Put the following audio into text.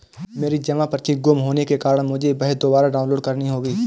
मेरी जमा पर्ची गुम होने के कारण मुझे वह दुबारा डाउनलोड करनी होगी